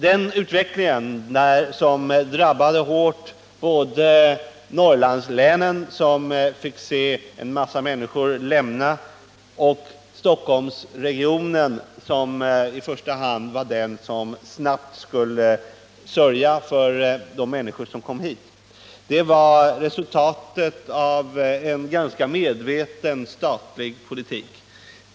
Denna utveckling drabbade hårt såväl Norrlandslänen, där en mängd människor flyttade, som Stockholmsregionen som i första hand var den region som snabbt skulle sörja för de här människorna. Detta var resultatet av en ganska medveten statlig politik.